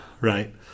right